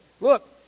Look